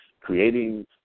creating